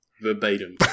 verbatim